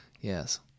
Yes